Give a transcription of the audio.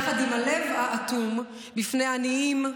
יחד עם הלב האטום בפני עניים,